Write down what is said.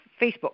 Facebook